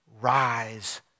rise